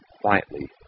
quietly